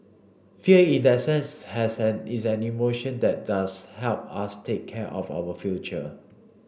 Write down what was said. fear in that sense has an is an emotion that does help us take care of our future